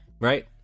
right